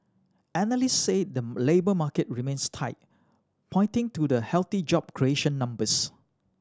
analysts said the labour market remains tight pointing to the healthy job creation numbers